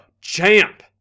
CHAMP